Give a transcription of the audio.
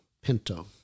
Pinto